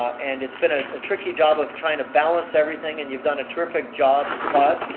and it's been ah a tricky job of trying to balance everything and you've done a terrific job, todd.